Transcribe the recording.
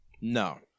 No